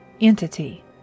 entity